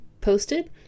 posted